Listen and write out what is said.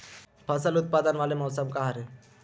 फसल उत्पादन वाले मौसम का हरे?